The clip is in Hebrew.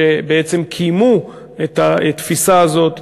שבעצם קיימו את התפיסה הזאת,